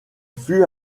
fut